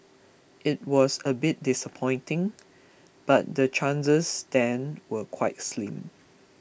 it was a bit disappointing but the chances then were quite slim